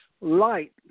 light